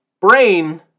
Brain